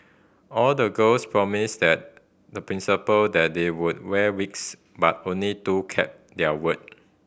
all the girls promised that the Principal that they would wear wigs but only two kept their word